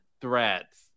threats